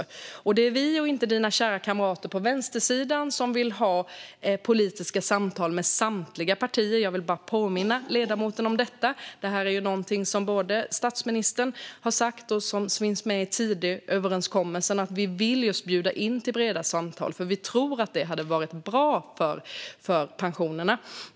Och låt mig påminna ledamoten om att det är vi och inte hennes kära kamrater på vänstersidan som vill ha politiska samtal med samtliga partier. Det här är ju någonting som både statsministern har sagt och som finns med i Tidööverenskommelsen. Vi vill just bjuda in till breda samtal, för vi tror att det skulle vara bra för pensionerna.